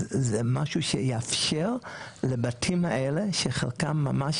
זה משהו שיאפשר לבתים האלה שחלקם ממש